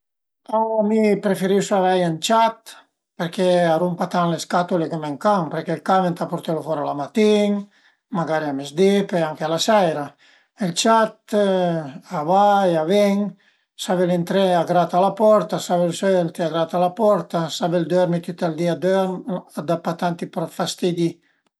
Pölu esi bastansa ën gamba a cultivé d'urtage e dë fiur, ma pi che d'aut d'urtage e n'ai tanti ënt ël giardin da cultivé, cuindi devu sëmeneie, deve trapianteie, devu bagneie, devu gaveie l'erba, devu fe atensiun pa che le bestie a i mangiu